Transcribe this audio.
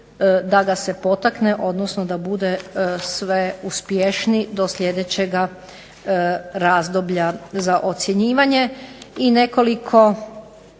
da ga se potakne odnosno da bude sve uspješniji do sljedećega razdoblja za ocjenjivanje. I nekoliko